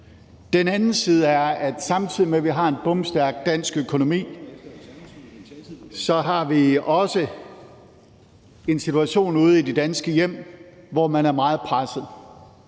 Den anden side er, at samtidig med at vi har en bomstærk dansk økonomi, har vi også en situation ude i de danske hjem, hvor man er meget presset.